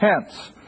hence